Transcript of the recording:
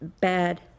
bad